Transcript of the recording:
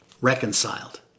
reconciled